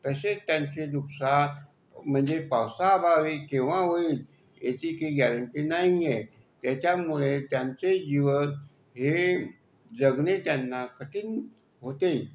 तसे त्यांचे नुकसान म्हणजे पावसाअभावी केव्हा होईल याची काही गॅरंटी नाही आहे त्याच्यामुळे त्यांचे दिवस हे जगणे त्यांना कठीण होते